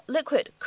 Liquid